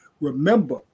Remember